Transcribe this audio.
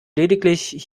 lediglich